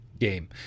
game